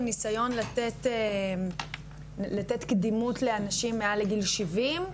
ניסיון לתת קדימות לאנשים מעל לגיל שבעים,